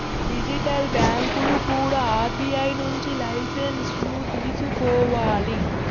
digital బ్యాంకులు కూడా RBI నుంచి లైసెన్సులు తీసుకోవాలి